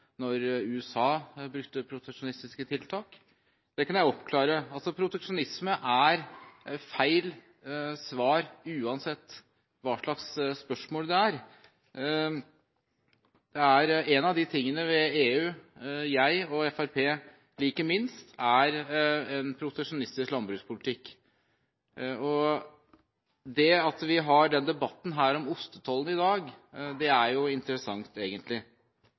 når USA bruker proteksjonistiske tiltak. Det kan jeg oppklare: Proteksjonisme er feil svar uansett hva spørsmålet er. En av de tingene ved EU jeg og Fremskrittspartiet liker minst, er en proteksjonistisk landbrukspolitikk. Det at vi har debatten om ostetollen her i dag, er egentlig interessant.